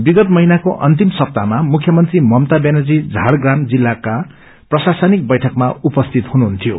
विगत महिनाको अन्तिम सपताहमा मुख्यमंत्री ममता व्यानर्जी झाङ्ग्राम जिल्लामा प्रशासनिक बैठकमा उपस्थित हुनुहुन्थ्यो